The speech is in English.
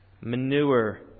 manure